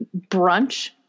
brunch